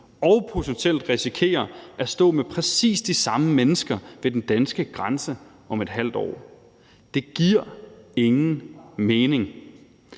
og potentielt risikerer at stå med præcis de samme mennesker ved den danske grænse om et halvt år. Det giver ingen mening.